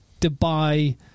Dubai